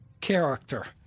character